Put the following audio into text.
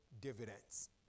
dividends